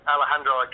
Alejandro